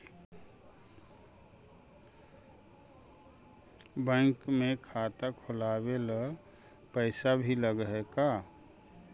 Bank में खाता खोलाबे ल पैसा भी लग है का?